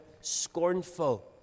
scornful